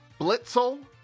Blitzel